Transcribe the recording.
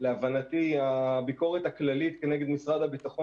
להבנתי הביקורת הכללית כנגד משרד הביטחון